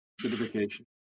certification